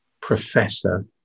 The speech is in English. professor